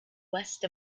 west